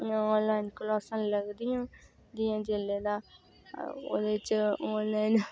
online क्लासां लगदियां जि'यां ते ओह्दे च ऑनलाईन